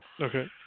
Okay